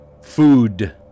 food